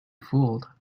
fooled